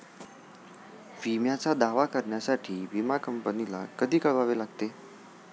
विम्याचा दावा करण्यासाठी विमा कंपनीला कधी कळवावे लागते?